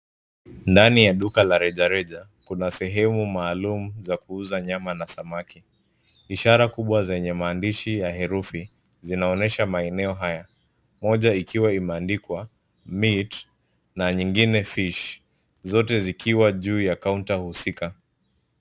Ndani ya duka la rejareja, kuna sehemu maalum za kuuza nyama na samaki. Ishara kubwa zenye maandishi ya herufi zinaonyesha maeneo haya. Moja ikiwa imeandikwa meat na nyingine fish. Zote zikiwa juu ya counter husika.